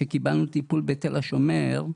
כשקיבלנו טיפול בתל השומר,